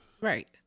right